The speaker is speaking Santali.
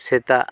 ᱥᱮᱛᱟᱜ